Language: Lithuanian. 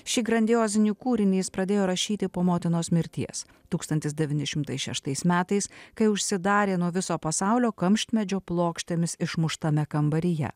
šį grandiozinį kūrinį jis pradėjo rašyti po motinos mirties tūkstantis devyni šimtai šeštais metais kai užsidarė nuo viso pasaulio kamštmedžio plokštėmis išmuštame kambaryje